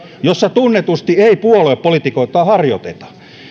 jossa tunnetusti ei puoluepolitikointia harjoiteta